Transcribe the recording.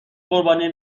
قربانی